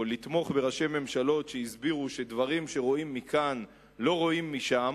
או לתמוך בראשי ממשלות שהסבירו שדברים שרואים מכאן לא רואים משם,